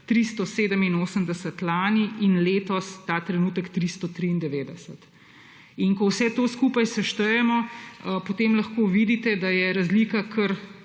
387 lani in letos ta trenutek 393. In ko vse to skupaj seštejemo, potem lahko vidite, da je razlika kar